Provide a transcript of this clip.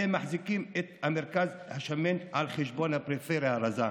אתם מחזקים את המרכז השמן על חשבון הפריפריה הרזה.